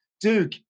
Duke